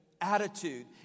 attitude